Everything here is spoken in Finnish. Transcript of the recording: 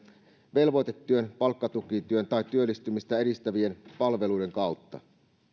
velvoitetyön palkkatukityön tai työllistymistä edistävien palveluiden kautta